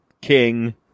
king